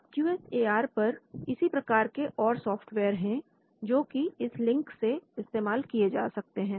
अब Q S A R पर इसी प्रकार के और सॉफ्टवेयर हैं जोकि इस लिंक से इस्तेमाल किए जा सकते हैं